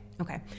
Okay